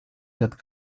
that